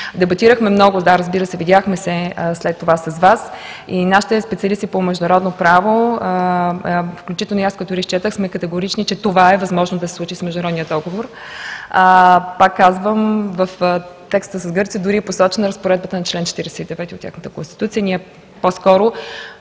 Дебатирахме много. Да, разбира се, видяхме се след това с Вас. Нашите специалисти по международно право, включително и аз, като изчетохме, сме категорични, че това е възможно да се случи с международния договор. Пак казвам, в текста с Гърция дори е посочена Разпоредбата на чл. 49 от тяхната Конституция. Ние по-скоро